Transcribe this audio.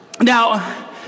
Now